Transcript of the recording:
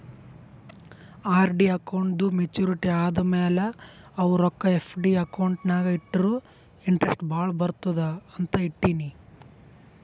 RD ಅಕೌಂಟ್ದೂ maturity ಆದಮ್ಯಾಲ ಅವು ರೊಕ್ಕಾ ಎಫ್.ಡಿ ಅಕೌಂಟ್ ನಾಗ್ ಇಟ್ಟುರ ಇಂಟ್ರೆಸ್ಟ್ ಭಾಳ ಬರ್ತುದ ಅಂತ್ ಇಟ್ಟೀನಿ